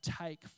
take